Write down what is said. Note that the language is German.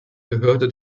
gehörte